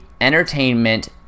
entertainment